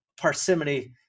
parsimony